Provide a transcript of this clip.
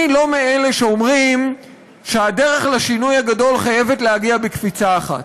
אני לא מאלה שאומרים שהדרך לשינוי הגדול חייבת להגיע בקפיצה אחת.